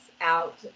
out